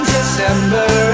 December